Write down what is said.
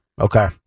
okay